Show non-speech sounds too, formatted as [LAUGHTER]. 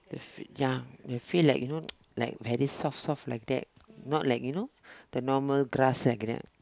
the f~ ya the feel like you know [NOISE] like very soft soft like that not like you know the normal grass like that